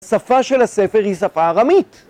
שפה של הספר היא שפה ארמית!